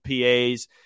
PAs